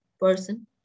person